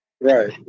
Right